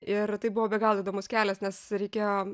ir tai buvo be galo įdomus kelias nes reikėjo